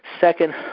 second